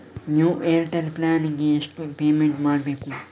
New Airtel plan ಗೆ ಎಷ್ಟು payment ಮಾಡ್ಬೇಕು?